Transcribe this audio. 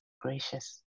gracious